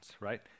right